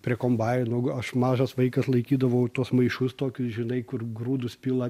prie kombainų aš mažas vaikas laikydavau tuos maišus tokius žinai kur grūdus pila